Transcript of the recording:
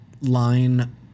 line